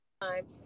time